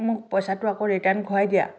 মোক পইচাটো আকৌ ৰিটাৰ্ণ ঘূৰাই দিয়া